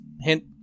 hint